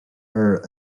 her